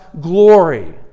glory